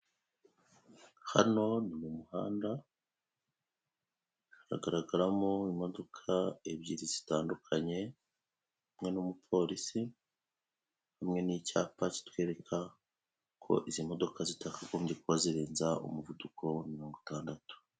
Hano ni muhanda, hagaragaramo imodoka ebyiri zitandukanye, hamwe n'umupolisi, hamwe n'icyapa kitwereka ko izi modoka zitakagombye kuba zirenza umuvuduko wa mirongo itandatu.